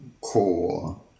CORE